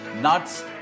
nuts